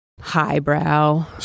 highbrow